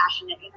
passionate